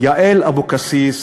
יעל אבקסיס,